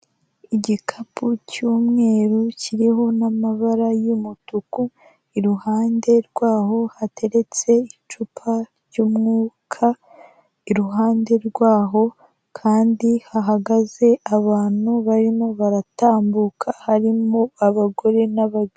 Igikapu cy'umweru kiriho n'amabara y'umutuku, iruhande rwaho hateretse icupa ry' umwuka . Iruhande rwaho kandi hahagaze abantu barimo baratambuka harimo abagore n'abagabo.